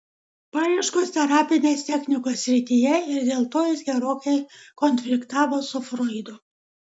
paieškos terapinės technikos srityje ir dėl to jis gerokai konfliktavo su froidu